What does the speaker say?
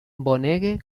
bonege